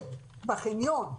שעומד בחניון,